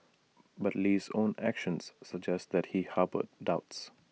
but Lee's own actions suggest that he harboured doubts